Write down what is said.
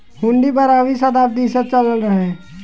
हुन्डी बारहवीं सताब्दी से चलल रहे